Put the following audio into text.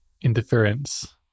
interference